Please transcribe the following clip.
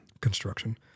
construction